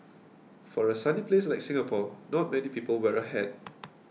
for a sunny place like Singapore not many people wear a hat